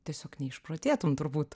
tiesiog neišprotėtum turbūt